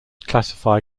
classify